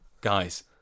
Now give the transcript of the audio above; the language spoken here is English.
guys